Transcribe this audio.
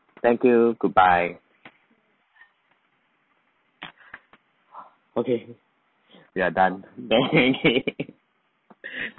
thank you goodbye okay we are done